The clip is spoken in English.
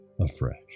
afresh